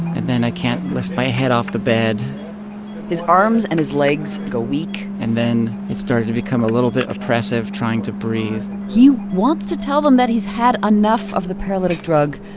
and then i can't lift my head off the bed his arms and his legs go weak and then it started to become a little bit oppressive trying to breathe he wants to tell them that he's had enough of the paralytic drug,